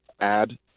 add